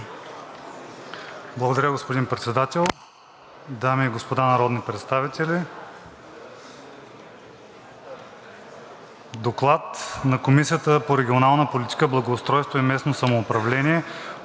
Благодаря, господин Председател. Дами и господа народни представители! „ДОКЛАД на Комисията по регионална политика, благоустройство и местно самоуправление